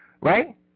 right